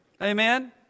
Amen